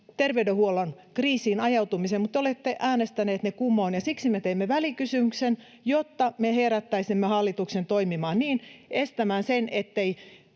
terveydenhuollon kriisiin ajautumisen, mutta te olette äänestäneet ne kumoon. Ja siksi me teimme välikysymyksen, jotta me herättäisimme hallituksen toimimaan, estämään sen,